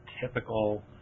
typical